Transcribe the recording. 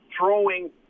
throwing